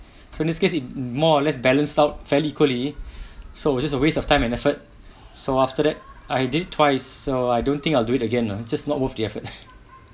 so in this case it more or less balanced out fairly equally so was just a waste of time and effort so after that I did twice so I don't think I'll do it again lah just not worth the effort